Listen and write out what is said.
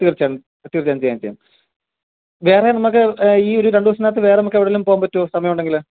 തീര്ച്ചയായും തീര്ച്ചയായും ചെയ്യാം ചെയ്യാം വേറെ നമുക്ക് ഈ ഒരു രണ്ട് ദിവസത്തിനകത്ത് വേറെ നമുക്ക് എവിടെലും പോകാന് പറ്റുമോ സമയമുണ്ടെങ്കിൽ